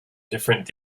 different